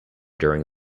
during